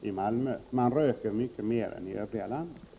Man röker mycket mer i Malmö än i övriga landet.